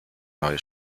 neue